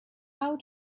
how